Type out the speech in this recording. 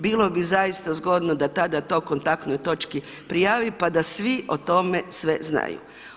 Bilo bi zaista zgodno da tada to kontaktnoj točki prijavi pa da svi o tome sve znaju.